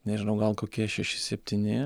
nežinau gal kokie šeši septyni